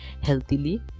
healthily